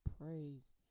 praise